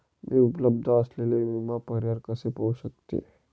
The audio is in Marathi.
मी उपलब्ध असलेले विमा पर्याय कसे पाहू शकते?